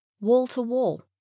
wall-to-wall